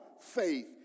faith